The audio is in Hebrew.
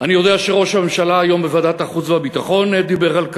אני יודע שראש הממשלה היום בוועדת החוץ והביטחון דיבר על כך,